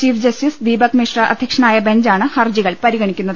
chief justice Dipak Misra അധ്യക്ഷനായ ബെഞ്ചാണ് ഹർജികൾ പരിഗണിക്കുന്നത്